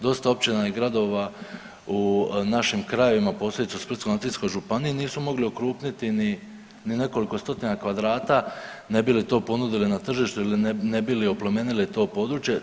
Dosta općina i gradova u našim krajevima, posebice u Splitsko-dalmatinskoj županiji nisu mogli okrupniti ni nekoliko stotina kvadrata ne bi li to ponudili na tržištu ili ne bi li oplemenili to područje.